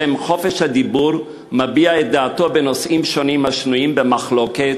ובשם חופש הדיבור מביע את דעתו בנושאים שונים השנויים במחלוקת: